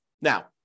Now